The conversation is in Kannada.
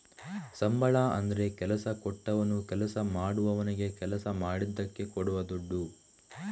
ಸಂಬಳ ಅಂದ್ರೆ ಕೆಲಸ ಕೊಟ್ಟವನು ಕೆಲಸ ಮಾಡುವವನಿಗೆ ಕೆಲಸ ಮಾಡಿದ್ದಕ್ಕೆ ಕೊಡುವ ದುಡ್ಡು